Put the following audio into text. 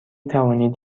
توانید